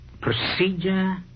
Procedure